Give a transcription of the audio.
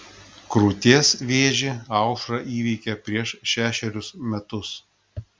krūties vėžį aušra įveikė prieš šešerius metus